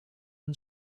and